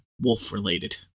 wolf-related